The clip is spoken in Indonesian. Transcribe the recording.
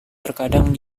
terkadang